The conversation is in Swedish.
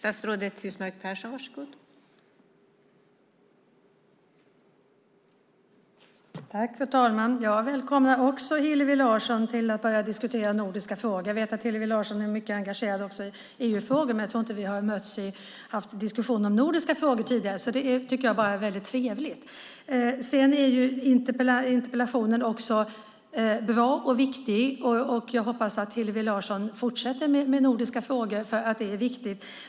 Fru talman! Jag välkomnar också Hillevi Larsson att börja diskutera nordiska frågor. Jag vet att Hillevi Larsson är mycket engagerad också i EU-frågor, men jag tror inte att vi har mötts i en diskussion om nordiska frågor tidigare. Jag tycker bara att det är trevligt att vi gör det nu. Interpellationen är bra och viktig, och jag hoppas att Hillevi Larsson fortsätter med nordiska frågor. De är viktiga.